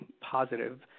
positive